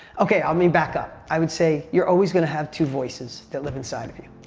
okay, let me back up. i would say, you're always gonna have two voices that live inside of you.